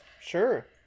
Sure